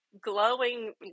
glowing